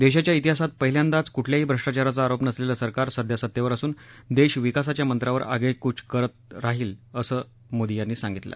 देशाच्या इतिहासात पहिल्यादाच कुठल्याही भ्रष्टाचाराचा आरोप नसलेलं सरकार सध्या सत्तेवर असून देश विकासाच्या मंत्रावर आगेकूच करत आहे असं मोदी यांनी सांगितलं